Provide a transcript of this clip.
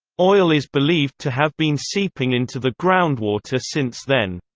oil is believed to have been seeping into the groundwater since then.